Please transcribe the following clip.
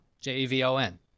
J-E-V-O-N